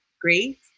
great